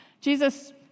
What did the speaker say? Jesus